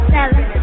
Seven